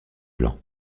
blanc